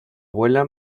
abuela